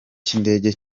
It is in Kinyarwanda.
cy’indege